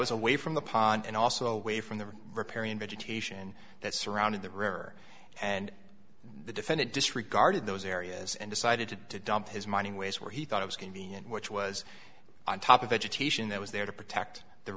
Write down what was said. was away from the pond and also way from the river riparian vegetation that surrounded the river and the defendant disregarded those areas and decided to dump his mining ways where he thought it was convenient which was on top of education that was there to protect the